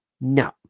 No